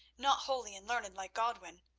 not holy and learned like godwin.